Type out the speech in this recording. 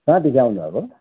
कहाँदेखि आउनु भएको